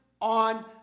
on